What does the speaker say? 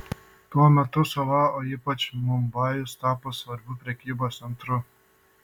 tuo metu sala o ypač mumbajus tapo svarbiu prekybos centru